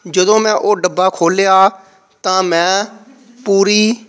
ਜਦੋਂ ਮੈਂ ਉਹ ਡੱਬਾ ਖੋਲ੍ਹਿਆ ਤਾਂ ਮੈਂ ਪੂਰੀ